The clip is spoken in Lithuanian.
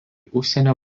užsienio